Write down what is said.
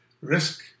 risk